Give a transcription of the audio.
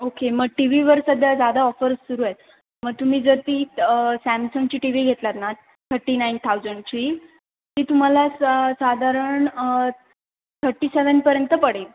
okay मग टी वीवर सध्या जादा ऑफर्स सुरू आहेत मग तुम्ही जर ती सॅमसंगची टी व्ही घेतलात ना थर्टी नाईन थाऊजंडची ती तुम्हाला स साधारण थर्टी सेवनपर्यंत पडेल